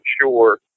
sure